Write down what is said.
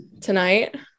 tonight